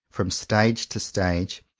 from stage to stage,